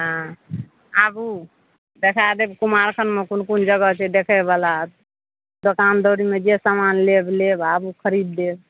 हँ आबू देखा देब कुमारखंडमे कोन कोन जगह छै देखय बला दोकानदौरीमे जे समान लेब ले आबू खरीद देब